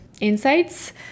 insights